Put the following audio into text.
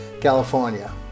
California